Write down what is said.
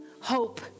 hope